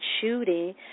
shooting